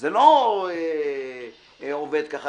זה לא עובד ככה.